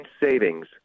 savings